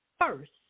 first